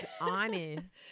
honest